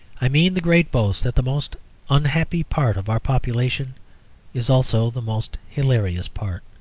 i mean the great boast that the most unhappy part of our population is also the most hilarious part.